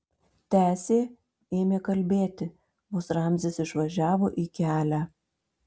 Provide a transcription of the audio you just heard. tęsė ėmė kalbėti vos ramzis išvažiavo į kelią